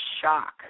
shock